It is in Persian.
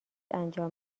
انجام